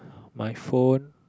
my phone